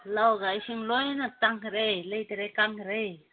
ꯂꯧꯒ ꯏꯁꯤꯡ ꯂꯣꯏꯅ ꯇꯥꯡꯈꯔꯦ ꯂꯩꯇꯔꯦ ꯀꯪꯈꯔꯦ